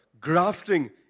grafting